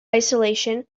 isolation